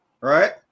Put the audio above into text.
right